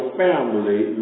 family